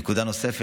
נקודה נוספת,